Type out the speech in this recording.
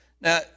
Now